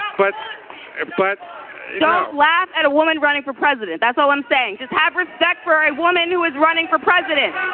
but but don't laugh at a woman running for president. that's all i'm saying. just have respect for a woman who is running for president